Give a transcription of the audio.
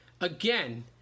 Again